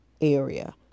area